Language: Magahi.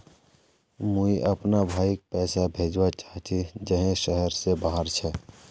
मुई अपना भाईक पैसा भेजवा चहची जहें शहर से बहार छे